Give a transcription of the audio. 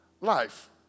life